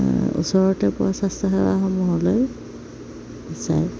ওচৰতে পোৱা স্বাস্থ্যসেৱাসমূহলৈ যায়